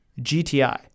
GTI